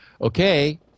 okay